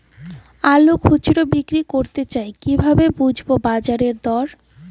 আলু খুচরো বিক্রি করতে চাই কিভাবে বুঝবো বাজার দর?